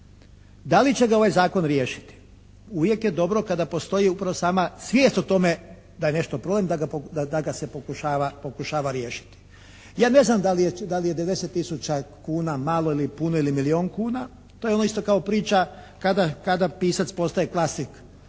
Da li će ga ovaj zakon riješiti? Uvije je dobro kada postoji upravo sama svijest o tome da je nešto problem, da ga se pokušava riješiti. Ja ne znam da li je 90 tisuća kuna malo ili puno, ili milijun kuna. To je ono isto kao priča kada pisac postaje klasik